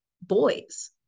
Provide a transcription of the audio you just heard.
boys